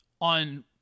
on